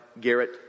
Garrett